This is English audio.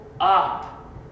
up